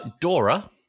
Dora